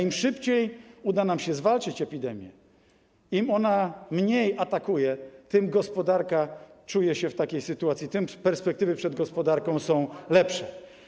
Im szybciej uda nam się zwalczyć epidemię, im ona mniej atakuje, tym gospodarka czuje się w takiej sytuacji lepiej, tym perspektywy przed gospodarką są lepsze.